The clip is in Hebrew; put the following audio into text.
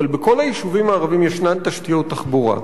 אבל בכל היישובים הערביים ישנן תשתיות תחבורה,